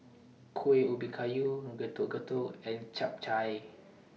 Kuih Ubi Kayu Getuk Getuk and Chap Chai